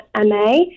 MA